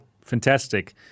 fantastic